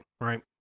Right